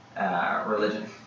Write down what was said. religion